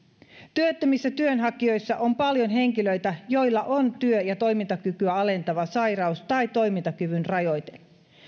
työttömissä työnhakijoissa on paljon henkilöitä joilla on työ ja toimintakykyä alentava sairaus tai toimintakyvyn rajoite